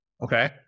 Okay